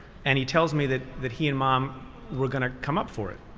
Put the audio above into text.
and he tells me that that he and mom were going to come up for it.